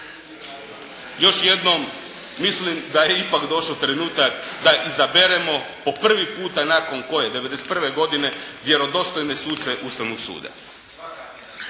još jednom mislim da je ipak došao trenutak da izaberemo po prvi puta nakon, koje? 1991. godine vjerodostojne suce Ustavnog suda.